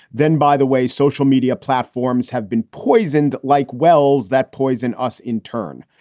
then, by the way, social media platforms have been poisoned like wells that poisoned us in turn.